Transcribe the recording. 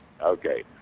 Okay